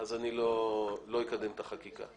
אני לא אקדם את החקיקה.